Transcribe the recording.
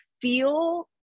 feel